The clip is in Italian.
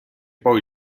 poi